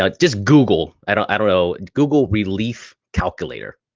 ah just google, i don't i don't know, google relief calculator.